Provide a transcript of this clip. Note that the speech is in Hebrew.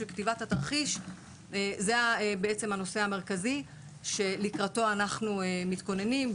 אבל כתיבת התרחיש זה הנושא המרכזי שלקראתו אנחנו מתכוננים.